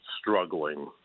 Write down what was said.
struggling